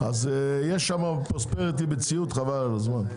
יש שם פרוספריטי בציוד חבל על הזמן.